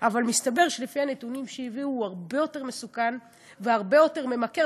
אבל מסתבר שלפי הנתונים שהביאו הוא הרבה יותר מסוכן והרבה יותר ממכר,